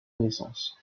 naissance